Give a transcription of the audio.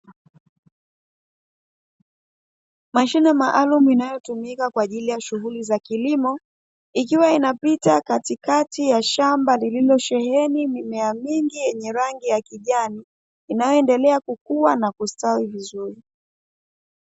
Mashine maalumu inayotumika kwa ajili shughuli za kilimo, ikiwa inapita katikati ya shamba lililosheheni mimea mingi yenye rangi ya kijani, inayoendelea kukua na kustawi vizuri.